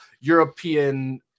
European